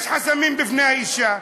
יש חסמים בפני האישה.